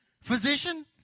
Physician